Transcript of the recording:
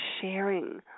sharing